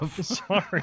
Sorry